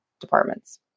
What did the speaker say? departments